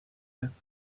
thought